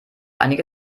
einige